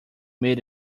made